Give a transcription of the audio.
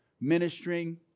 ministering